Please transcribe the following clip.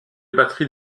batteries